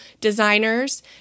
designers